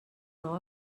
nou